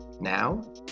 Now